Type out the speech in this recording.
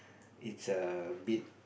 it's a bit